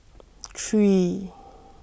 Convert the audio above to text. three